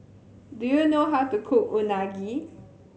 do you know how to cook Unagi